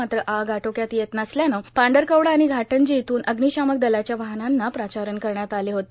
मात्र आग आटोक्यात येत नसल्याचे पाहन पांढरकवडा आणि घाटंजी येथून अग्निशामक दलाच्या वाहनांना प्राचारण करण्यात आले होते